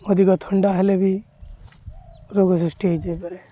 ଅଧିକ ଥଣ୍ଡା ହେଲେ ବି ରୋଗ ସୃଷ୍ଟି ହେଇଯାଇପାରେ